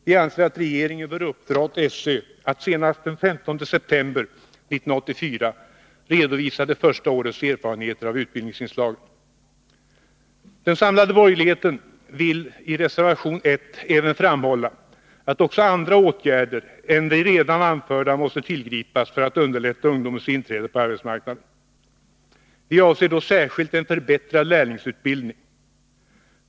Vi anser att regeringen bör uppdra åt SÖ att senast den 15 september 1984 redovisa det första årets erfarenheter av utbildningsinslagen. Den samlade borgerligheten vill i reservation 1 även framhålla att också andra åtgärder än de redan anförda måste tillgripas för att underlätta ungdomens inträde på arbetsmarknaden. Vi avser då särskilt en förbättrad lärlingsutbildning.